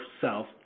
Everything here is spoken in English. south